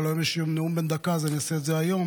אבל היום יש נאומים בני דקה אז אני עושה את זה היום,